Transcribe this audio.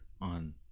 on